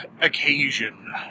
occasion